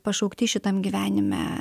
pašaukti šitam gyvenime